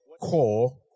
core